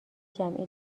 جمعی